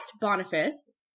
Boniface